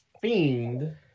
fiend